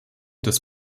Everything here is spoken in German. des